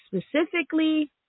specifically